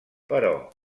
però